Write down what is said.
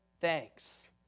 thanks